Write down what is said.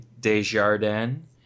Desjardins